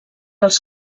els